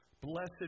Blessed